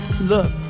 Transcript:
Look